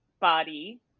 body